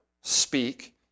speak